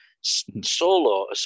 Solo